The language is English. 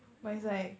oh